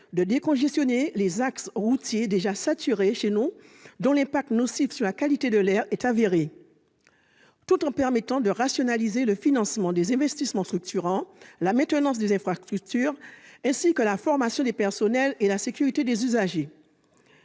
de décongestionner les axes routiers déjà saturés, dont l'impact nocif sur la qualité de l'air est avéré, tout en permettant de rationaliser le financement des investissements structurants, la maintenance des infrastructures, ainsi que la formation des personnels et la sécurité des usagers.